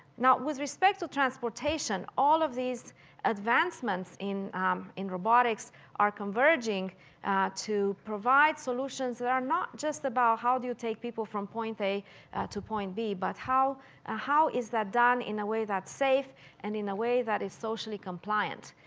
with respect to transportation, all of these advancements in in robotics are converging to provide solutions that are not just about how do you take people from point a to point b, but how ah how is that done in a way that's safe and in a way that is socially compliant.